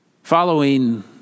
Following